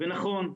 נכון,